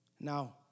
Now